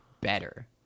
better